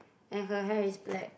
and her hair is black